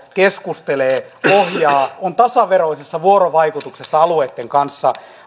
keskustelee ohjaa on tasaveroisessa vuorovaikutuksessa alueitten kanssa